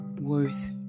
worth